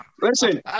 listen